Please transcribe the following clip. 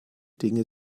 dinge